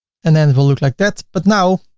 and then it will look like that. but now,